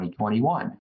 2021